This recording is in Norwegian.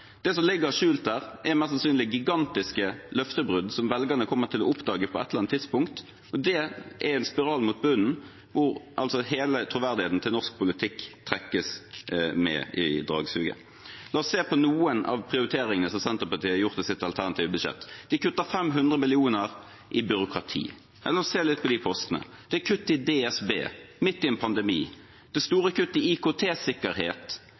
Det som ligger skjult der, er mest sannsynligvis gigantiske løftebrudd, som velgerne kommer til å oppdage på et eller annet tidspunkt. Det er en spiral mot bunnen, hvor hele troverdigheten til norsk politikk trekkes med i dragsuget. La oss se på noen av prioriteringene som Senterpartiet har gjort i sitt alternative budsjett: De kutter 500 mill. kr i byråkrati. La oss se litt på disse postene. Det er kutt i DSB, Direktoratet for samfunnssikkerhet og beredskap, midt i en pandemi. Det